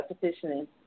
petitioning